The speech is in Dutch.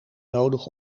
nodig